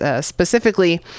Specifically